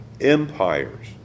empires